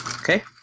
Okay